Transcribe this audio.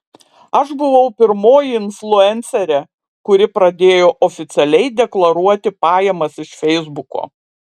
aš buvau pirmoji influencerė kuri pradėjo oficialiai deklaruoti pajamas iš feisbuko